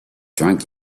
drunk